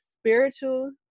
spiritual